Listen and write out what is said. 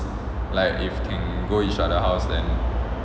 like if can go each other house then